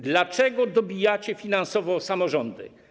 Dlaczego dobijacie finansowo samorządy?